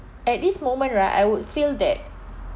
at this moment right I would feel that